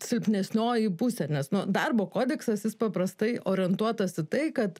silpnesnioji pusė nes nu darbo kodeksas jis paprastai orientuotas į tai kad